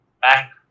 back